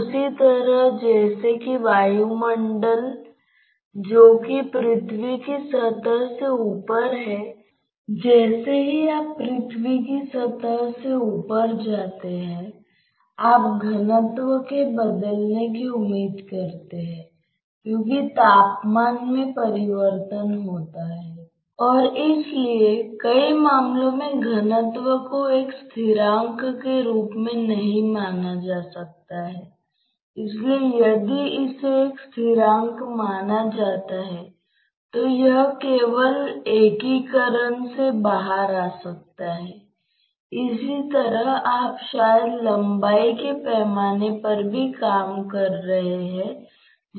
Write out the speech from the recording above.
इसलिए यदि आप इनविसिड प्रवाह पर विचार नहीं करते हैं तो आपको यह जानना होगा कि आपके बीच का वेलोसिटी प्रोफाइल क्या है जिससे आपको औसत वेग प्राप्त करने के लिए एकीकृत करना होगा